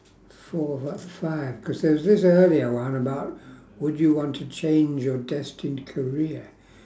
four about five cause there's this earlier one about would you want to change your destined career